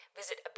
visit